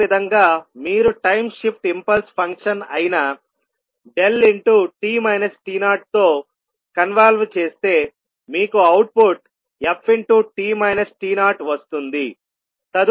అదేవిధంగా మీరు time shift impulse function అయిన t t0 తో కన్వాల్వ్ చేస్తే మీకు అవుట్పుట్ ft t0వస్తుంది